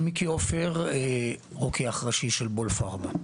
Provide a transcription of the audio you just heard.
מיקי עופר, רוקח ראשי של בול פארמה.